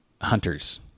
hunters